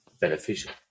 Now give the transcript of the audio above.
beneficial